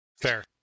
Fair